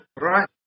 Right